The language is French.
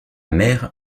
mère